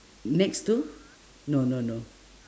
next to no no no